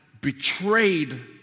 betrayed